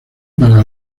para